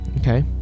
okay